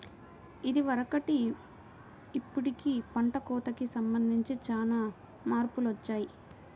ఇదివరకటికి ఇప్పుడుకి పంట కోతకి సంబంధించి చానా మార్పులొచ్చాయ్